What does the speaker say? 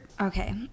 Okay